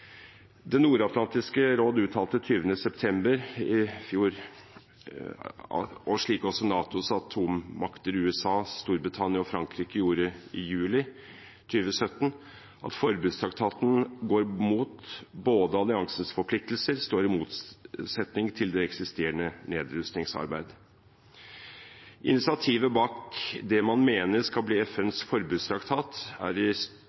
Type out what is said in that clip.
Det nordatlantiske råd uttalte 20. september i fjor, slik også NATOs atommakter USA, Storbritannia og Frankrike gjorde i juli 2017, at forbudstraktaten både går imot alliansens forpliktelser og står i motsetning til det eksisterende nedrustningsarbeidet. Initiativet bak det man mener skal bli FNs forbudstraktat, er i